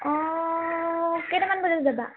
অ' কেটামান বজাত যাবি